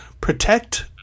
Protect